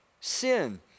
sin